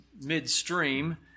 midstream